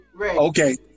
okay